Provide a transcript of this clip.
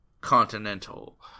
Continental